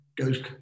goes